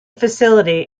facility